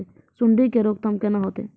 सुंडी के रोकथाम केना होतै?